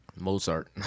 Mozart